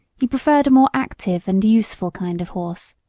he preferred a more active and useful kind of horse.